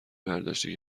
برداشتی